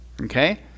okay